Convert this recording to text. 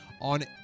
on